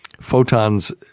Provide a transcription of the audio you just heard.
photons